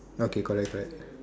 okay correct correct